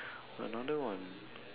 another one